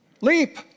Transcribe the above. Leap